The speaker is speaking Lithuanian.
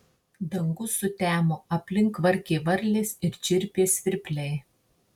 dangus sutemo aplink kvarkė varlės ir čirpė svirpliai